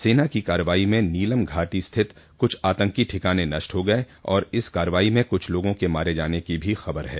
सेना की कार्रवाई में नीलम घाटी स्थित कुछ आतंकी ठिकाने नष्ट हो गये और इस कार्रवाई में कुछ लोगों के मारे जाने की भी खबर है